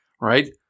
right